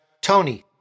Tony